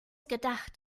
gedacht